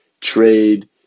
trade